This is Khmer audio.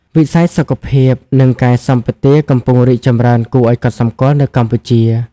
វិស័យសុខភាព និងកាយសម្បទាកំពុងរីកចម្រើនគួរឱ្យកត់សម្គាល់នៅកម្ពុជា។